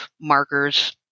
markers